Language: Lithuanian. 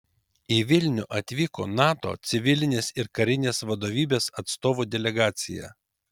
į vilnių atvyko nato civilinės ir karinės vadovybės atstovų delegacija